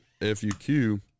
FUQ